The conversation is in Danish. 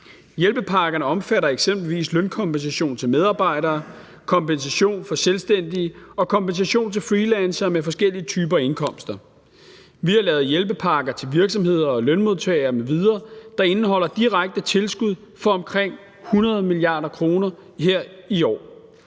Hjælpepakkerne også omfatter eksempelvis lønkompensation til medarbejdere, kompensation til selvstændige og kompensation til freelancere med forskellige typer indkomster. Vi har lavet hjælpepakker til virksomheder og lønmodtagere m.v., der indeholder direkte tilskud for omkring 100 mia. kr. her i år.